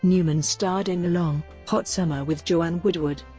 newman starred in the long, hot summer with joanne woodward,